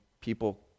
people